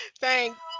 Thanks